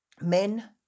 men